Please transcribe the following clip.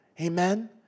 Amen